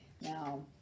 now